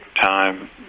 time